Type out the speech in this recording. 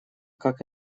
как